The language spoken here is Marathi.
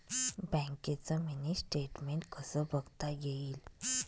बँकेचं मिनी स्टेटमेन्ट कसं बघता येईल?